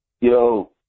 Yo